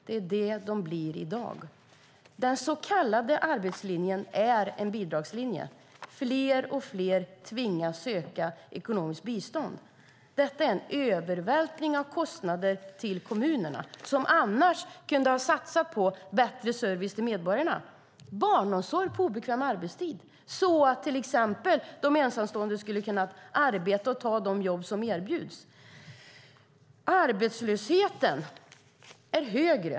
Det blir de i dag. Den så kallade arbetslinjen är en bidragslinje. Fler och fler tvingas söka ekonomiskt bistånd. Det är en övervältring av kostnader på kommunerna som annars kunde ha satsat på bättre service till medborgarna, till exempel barnomsorg på obekväm arbetstid så att exempelvis ensamstående kan ta de jobb som erbjuds. Arbetslösheten är högre.